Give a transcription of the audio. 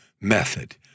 method